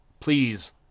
Please